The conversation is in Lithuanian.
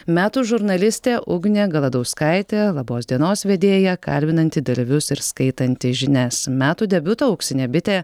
metų žurnalistė ugnė galadauskaitė labos dienos vedėja kalbinanti dalyvius ir skaitanti žinias metų debiuto auksinė bitė